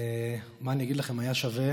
מה אני אגיד לכם, היה שווה